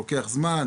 לוקח זמן,